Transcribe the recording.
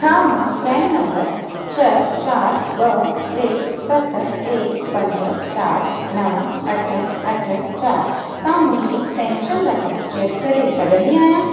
छा मां PRAN number छ्ह चारि ॿ टे सत टे पंज चारि नव अठ अठ चारि सां मुंहिंजी पैंशन रक़म चैक करे सघंदी आहियां